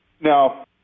Now